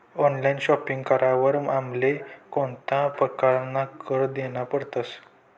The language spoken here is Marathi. ऑनलाइन शॉपिंग करावर आमले कोणता परकारना कर देना पडतस?